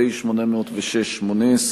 פ/806/18,